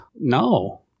No